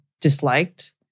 disliked